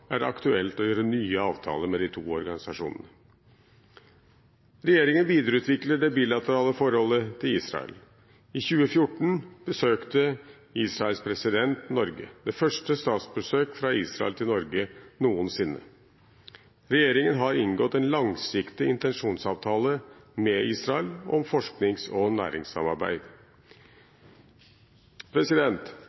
det aktuelt å gjøre nye avtaler med de to organisasjonene. Regjeringen videreutvikler det bilaterale forholdet til Israel. I 2014 besøkte Israels president Norge, det første statsbesøk fra Israel til Norge noensinne. Regjeringen har inngått en langsiktig intensjonsavtale med Israel om forsknings- og næringssamarbeid.